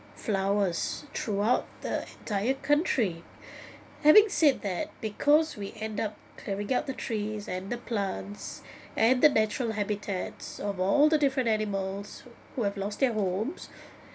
flowers throughout the entire country having said that because we end up clearing out the trees and the plants and the natural habitats of all the different animals who have lost their homes